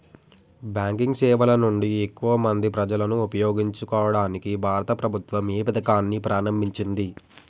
Banking సేవల నుండి ఎక్కువ మంది ప్రజలను ఉపయోగించుకోవడానికి భారత ప్రభుత్వం ఏ పథకాన్ని ప్రారంభించింది?